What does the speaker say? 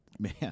Man